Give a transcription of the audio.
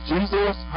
Jesus